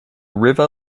river